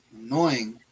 Annoying